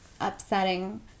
upsetting